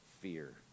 fear